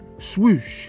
swoosh